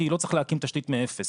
כי לא צריך להקים תשתית מאפס,